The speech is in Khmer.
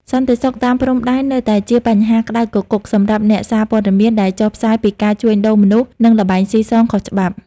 សន្តិសុខតាមព្រំដែននៅតែជាបញ្ហាក្តៅគគុកសម្រាប់អ្នកសារព័ត៌មានដែលចុះផ្សាយពីការជួញដូរមនុស្ស និងល្បែងស៊ីសងខុសច្បាប់។